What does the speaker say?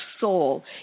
soul